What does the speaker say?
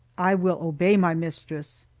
i will obey my mistress.